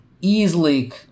easily